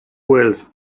wells